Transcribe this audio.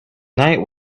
night